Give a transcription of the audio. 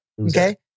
Okay